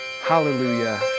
Hallelujah